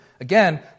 Again